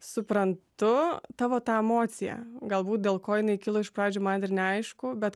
suprantu tavo tą emociją galbūt dėl ko jinai kilo iš pradžių man ir neaišku bet